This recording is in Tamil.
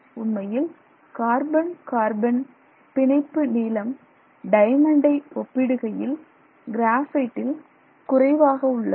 உண்மையில் கார்பன் கார்பன் பிணைப்பு நீளம் டயமண்டை ஒப்பிடுகையில் கிராபைட்டில் குறைவாக உள்ளது